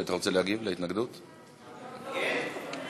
בבקשה, אדוני.